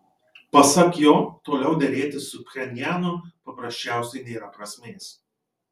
pasak jo toliau derėtis su pchenjanu paprasčiausiai nėra prasmės